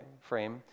frame